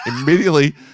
Immediately